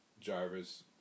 Jarvis